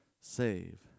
save